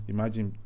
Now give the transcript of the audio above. Imagine